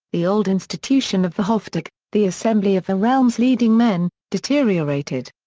the old institution of the hoftag, the assembly of the realm's leading men, deteriorated.